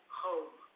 home